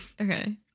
Okay